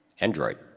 Android